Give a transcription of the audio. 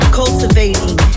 cultivating